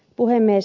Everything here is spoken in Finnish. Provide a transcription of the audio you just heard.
puhemies